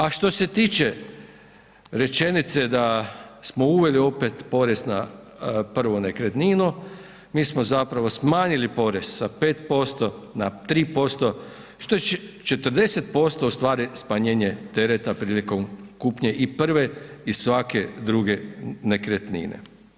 A što se tiče rečenice da smo uveli opet porez na prvu nekretninu, mi smo zapravo smanjili porez sa 5% na 3%, što je 40% u stvari smanjenje tereta prilikom kupnje prve i svake druge nekretnine.